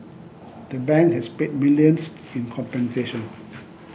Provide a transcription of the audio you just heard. the bank has paid millions in compensation